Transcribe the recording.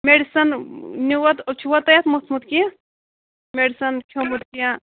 medicine نیوٗوا چھُوا تۄہہِ اَتھ موٚتھمُت کیٚنٛہہ میٚڈِسَن کھیوٚمُت کیٚنٛہہ